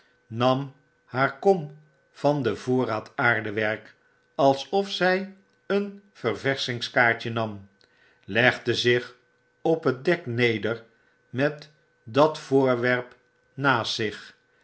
nam haar kom van den voorraad aardewerk alsof zy een ververschingskaartje nam legde zich op het dek neder met dat voorwerp naast zich